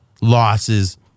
losses